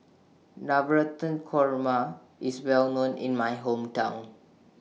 Navratan Korma IS Well known in My Hometown